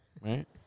Right